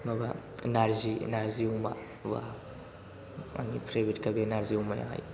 माबा नारजि नारजि अमा वाव आंनि फेभ्रिट खा बे नारजि अमायाहाय